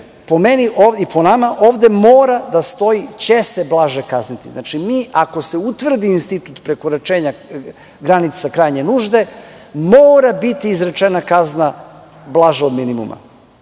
ne. Po nama ovde mora da stoji – će se blaže kazniti. Znači, ako se utvrdi institut prekoračenja granice krajnje nužde, mora biti izrečena kazna blaža od minimuma.